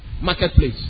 marketplace